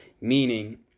meaning